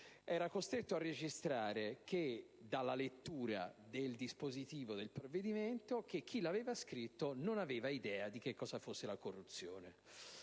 era costretto a registrare, dalla lettura del dispositivo del provvedimento, che chi l'aveva scritto non aveva idea di cosa fosse la corruzione.